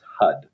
HUD